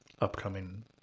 upcoming